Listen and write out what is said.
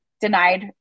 denied